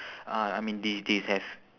uh I mean these days have